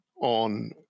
on